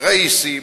ראיסים